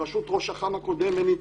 בראשות ראש אח"מ הקודם מני יצחקי,